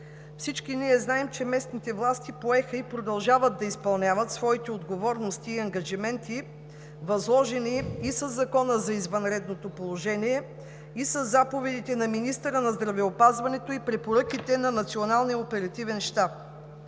всички ние знаем, че местните власти поеха и продължават да изпълняват своите отговорности и ангажименти, възложени им и със Закона за извънредното положение, и със заповедите на министъра на здравеопазването, и препоръките на Националния оперативен щаб.